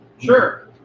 Sure